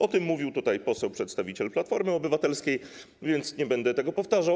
O tym mówił tutaj poseł przedstawiciel Platformy Obywatelskiej, więc nie będę tego powtarzał.